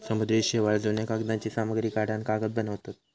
समुद्री शेवाळ, जुन्या कागदांची सामग्री काढान कागद बनवतत